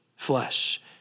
flesh